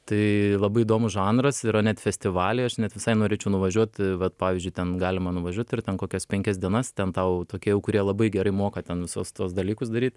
tai labai įdomus žanras yra net festivaliai aš net visai norėčiau nuvažiuot vat pavyzdžiui ten galima nuvažiuot ir ten kokias penkias dienas ten tau tokie jau kurie labai gerai moka ten visus tuos dalykus daryt